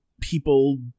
people